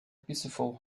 peaceful